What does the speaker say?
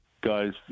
guys